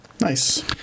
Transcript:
Nice